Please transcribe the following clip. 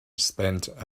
spent